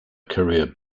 career